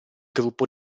gruppo